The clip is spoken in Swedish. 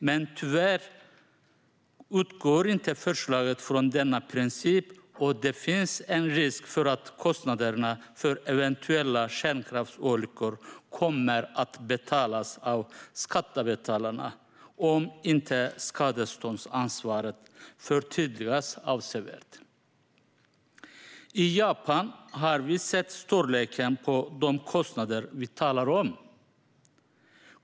Men tyvärr utgår inte förslaget från denna princip, och det finns en risk för att kostnaderna för eventuella kärnkraftsolyckor kommer att få betalas av skattebetalarna om inte skadeståndsansvaret förtydligas avsevärt. I Japan har vi sett storleken på de kostnader som vi talar om.